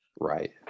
Right